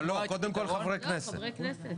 לא, קודם כל חברי כנסת.